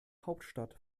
hauptstadt